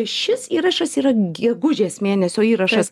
šis įrašas yra gegužės mėnesio įrašas